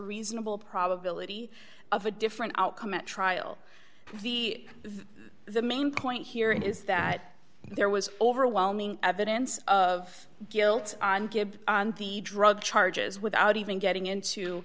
reasonable probability of a different outcome at trial the the main point here is that there was overwhelming evidence of guilt on get on the drug charges without even getting into